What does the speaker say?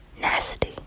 nasty